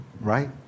right